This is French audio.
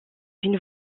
une